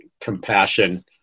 compassion